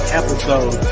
episode